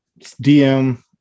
DM